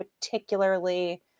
particularly